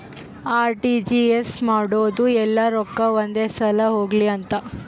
RTGS ಮಾಡೋದು ಯೆಲ್ಲ ರೊಕ್ಕ ಒಂದೆ ಸಲ ಹೊಗ್ಲಿ ಅಂತ